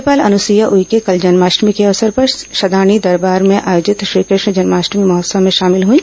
राज्यपाल अनुसुईया उइके कल जन्माष्टमी के अवसर पर शदाणी दरबार में आयोजित श्री कृष्ण जन्माष्टमी महोत्सव में शामिल हुईं